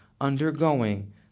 undergoing